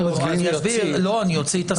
לא, אני אסביר, אז אני אוציא את הסעיף.